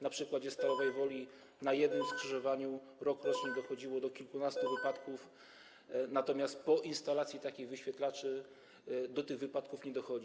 Na przykładzie Stalowej Woli: na jednym skrzyżowaniu rokrocznie dochodziło do kilkunastu wypadków, natomiast po instalacji takich wyświetlaczy do tych wypadków nie dochodzi.